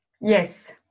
Yes